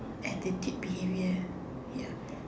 attitude behaviour ya